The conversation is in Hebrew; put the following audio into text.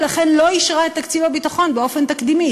ולכן לא אישרה את תקציב הביטחון באופן תקדימי,